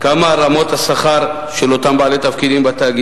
והיא ידועה, והיא בין הנקודות שאנחנו מטפלים בהן.